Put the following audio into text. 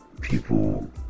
People